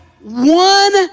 one